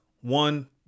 one